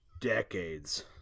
decades